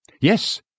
Yes